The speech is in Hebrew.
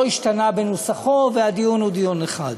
השתנה בנוסחו והדיון הוא דיון אחד.